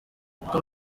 uko